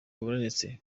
wabonetse